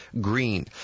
Green